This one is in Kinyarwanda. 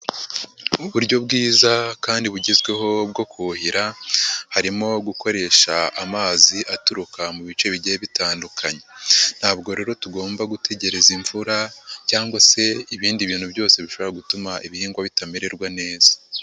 Uburyo bwiza kandi bugezweho bwo kuhira harimo gukoresha amazi aturuka mu bice bigiye bitandukanye, ntabwo rero tugomba gutegereza imvura cyangwa se ibindi bintu byose bishobora gutuma ibihingwa bitamererwa neza.